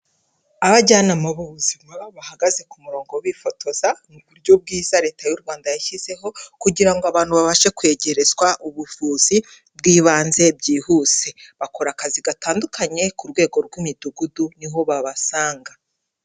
Abajyanama b'ubuzima bahagaze ku murongo bifotoza mu buryo bwiza leta y'u Rwanda yashyizeho kugira ngo abantu babashe kwegerezwa ubuvuzi bw'ibanze byihuse, bakora akazi gatandukanye ku rwego rw'imidugudu niho babasanga.